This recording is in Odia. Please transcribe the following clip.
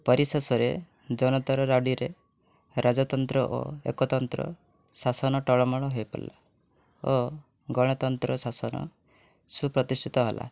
ପରିଶେଷରେ ଜନତାର ରଡ଼ିରେ ରାଜତନ୍ତ୍ର ଓ ଏକତନ୍ତ୍ର ଶାସନ ଟଳମଳ ହୋଇଗଲା ଓ ଗଣତନ୍ତ୍ର ଶାସନ ସୁପ୍ରତିଷ୍ଠିତ ହେଲା